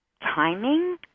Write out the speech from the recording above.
Timing